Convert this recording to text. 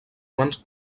quants